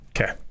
Okay